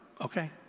okay